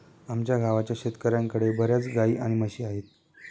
आमच्या गावाच्या शेतकऱ्यांकडे बर्याच गाई आणि म्हशी आहेत